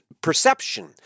perception